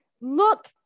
look